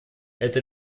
это